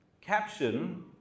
caption